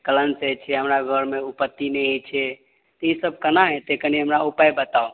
कलङ्क होइ छै हमरा घरमे उपत्ति नहि होइ छै तऽ ई सब केना होयतै कनि हमरा उपाय बताउ